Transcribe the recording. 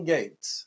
Gates